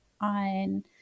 on